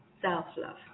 self-love